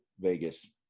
Vegas